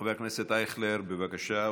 חבר הכנסת אייכלר, בבקשה.